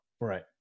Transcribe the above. Right